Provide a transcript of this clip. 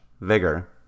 vigor